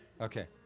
Okay